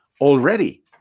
Already